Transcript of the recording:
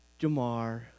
Jamar